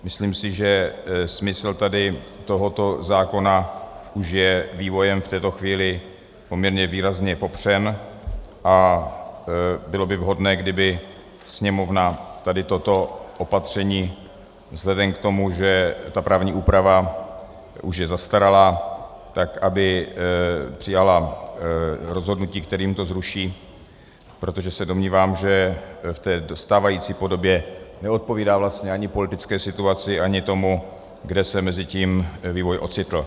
Myslím si, že smysl tady tohoto zákona už je vývojem v této chvíli poměrně výrazně popřen a bylo by vhodné, kdyby Sněmovna tady toto opatření vzhledem k tomu, že právní úprava už je zastaralá, tak aby přijala rozhodnutí, kterým to zruší, protože se domnívám, že v té stávající podobě neodpovídá vlastně ani politické situaci, ani tomu, kde se mezitím vývoj ocitl.